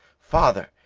father,